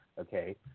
Okay